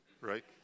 right